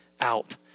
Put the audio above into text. out